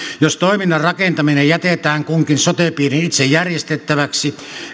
jos toiminnan rakentaminen jätetään kunkin sote piirin itse järjestettäväksi